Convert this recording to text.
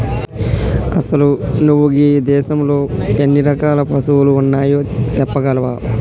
అసలు నువు గీ దేసంలో ఎన్ని రకాల పసువులు ఉన్నాయో సెప్పగలవా